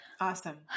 Awesome